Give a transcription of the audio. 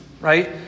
right